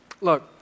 Look